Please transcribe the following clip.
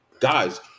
Guys